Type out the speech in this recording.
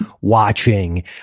watching